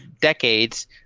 decades –